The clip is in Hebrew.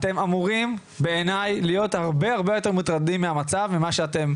אתם אמורים בעיני להיות הרבה הרבה יותר מוטרדים מהמצב ממה שאתם,